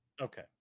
Okay